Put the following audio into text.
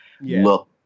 look